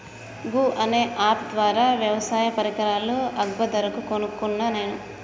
గూ అనే అప్ ద్వారా వ్యవసాయ పరికరాలు అగ్వ ధరకు కొనుకున్న నేను